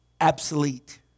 obsolete